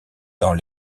dans